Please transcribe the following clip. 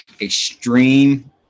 Extreme